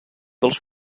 dels